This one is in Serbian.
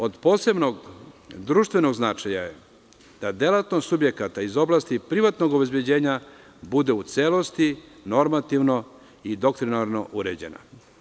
Od posebnog društvenog značaja je da delatnost subjekata iz oblasti privatnog obezbeđenja bude u celosti normativno i doktrinarno uređena.